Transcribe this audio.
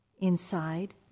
inside